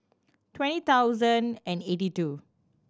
twenty thousand and eighty two